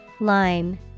Line